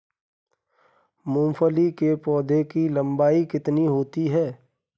मूंगफली के पौधे की लंबाई कितनी होती है?